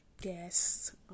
guests